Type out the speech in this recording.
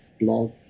blog